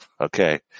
Okay